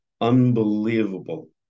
unbelievable